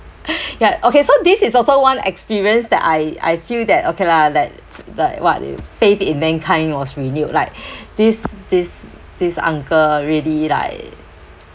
ya okay so this is also one experience that I I feel that okay lah like like what the faith in mankind was renewed like this this this uncle really like